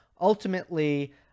Ultimately